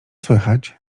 słychać